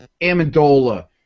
Amendola